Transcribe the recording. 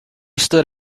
stood